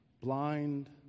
blind